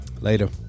Later